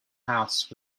house